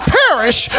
perish